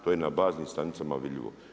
To je na baznim stanicama vidljivo.